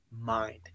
mind